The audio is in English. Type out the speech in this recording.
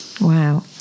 Wow